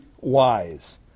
wise